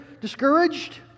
discouraged